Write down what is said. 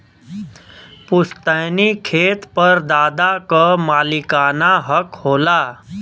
पुस्तैनी खेत पर दादा क मालिकाना हक होला